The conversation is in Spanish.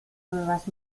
nuevas